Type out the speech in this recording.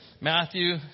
Matthew